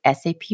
SAP